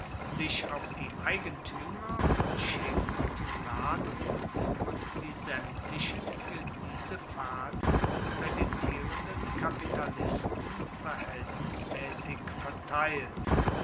sich auf die eigentuemer von schiff und ladung und die saemtlichen fuer diese fahrt kreditierenden kapitalisten verhaeltnismaessig verteilt